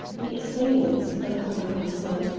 the assailants, by common consent,